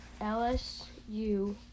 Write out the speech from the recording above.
LSU